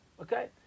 Okay